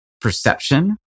perception